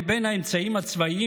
מבין האמצעים הצבאיים,